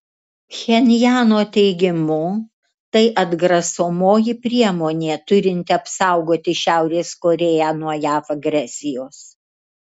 pchenjano teigimu tai atgrasomoji priemonė turinti apsaugoti šiaurės korėją nuo jav agresijos